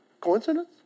Coincidence